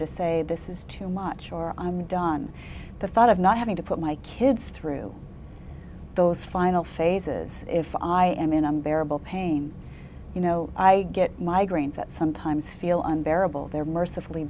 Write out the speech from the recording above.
to say this is too much or i'm done the thought of not having to put my kids through those final phases if i am and i'm bearable pain you know i get migraines that sometimes feel unbearable they're mercifully